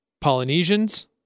Polynesians